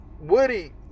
woody